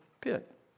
pit